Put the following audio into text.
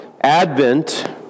Advent